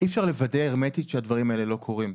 אי אפשר לוודא הרמטית שהדברים האלה לא קורים.